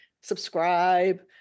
subscribe